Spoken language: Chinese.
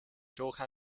周刊